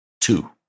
Two